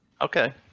Okay